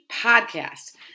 podcast